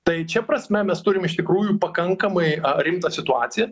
tai čia prasme mes turim iš tikrųjų pakankamai rimtą situaciją